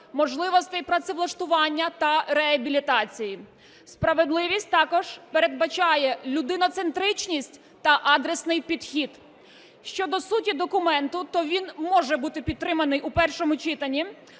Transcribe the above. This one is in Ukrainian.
можливостей працевлаштування та реабілітації. Справедливість також передбачає людиноцентричність та адресний підхід. Щодо суті документа, то він може бути підтриманий у першому читанні,